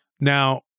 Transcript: Now